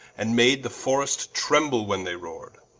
and made the forrest tremble when they roar'd.